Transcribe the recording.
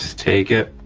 take it,